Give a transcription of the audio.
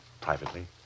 privately